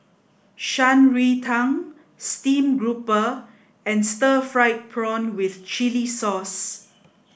Shan Rui Tang Stream Grouper and Stir Fried Prawn with Chili Sauce